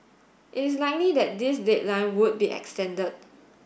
it is likely that this deadline would be extended